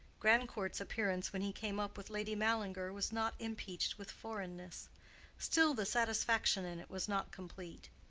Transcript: grandcourt's appearance when he came up with lady mallinger was not impeached with foreignness still the satisfaction in it was not complete.